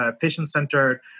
patient-centered